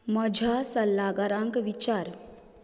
म्हज्या सल्लागारांक विचार